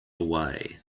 way